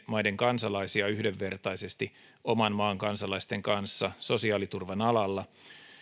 maiden kansalaisia yhdenvertaisesti oman maan kansalaisten kanssa sosiaaliturvan alalla